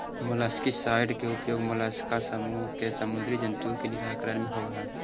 molluscicide के उपयोग mollusc समूह के समुदी जन्तु के निराकरण में होवऽ हई